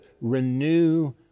renew